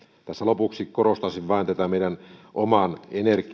lopuksi korostaisin vain meidän